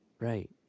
Right